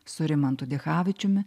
su rimantu dichavičiumi